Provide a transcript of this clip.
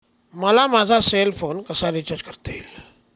मला माझा cell phone कसा रिचार्ज करता येईल?